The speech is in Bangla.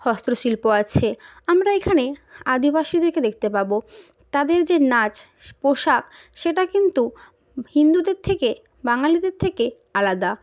হস্তশিল্প আছে আমরা এখানে আদিবাসীদেরকে দেখতে পাবো তাদের যে নাচ পোশাক সেটা কিন্তু হিন্দুদের থেকে বাঙালিদের থেকে আলাদা